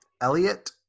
Elliot